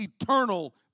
eternal